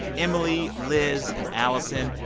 emily, liz and allison.